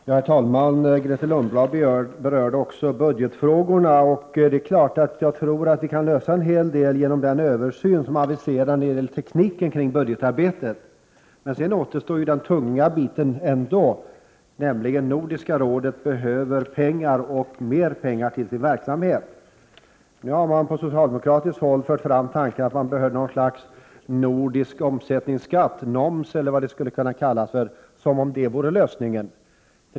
Herr talman! Grethe Lundblad berörde också budgetfrågorna, och jag tror att vi kan lösa en hel del av problemen genom den översyn som är aviserad när det gäller tekniken kring budgetarbetet. Men sedan återstår ändå den tunga biten, nämligen att Nordiska rådet behöver pengar, och mera pengar, till sin verksamhet. Nu har man på socialdemokratiskt håll fört fram tanken att något slags nordisk omsättningsskatt — noms eller vad det skulle kunna kallas — vore lösningen.